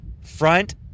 front